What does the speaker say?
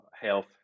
health